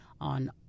on